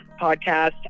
podcast